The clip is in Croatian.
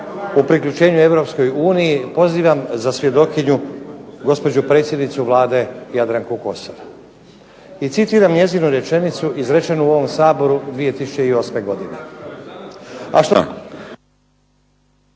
o priključenju Europskoj uniji, pozivam za svjedokinju gospođu predsjednicu Vlade Jadranku Kosor, i citiram njezinu rečenicu izrečenu u ovom Saboru 2008. godine,